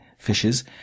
fishes